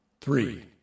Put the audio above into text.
three